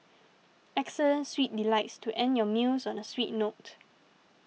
excellent sweet delights to end your meals on a sweet note